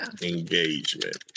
engagement